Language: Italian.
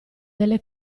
delle